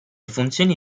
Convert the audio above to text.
funzioni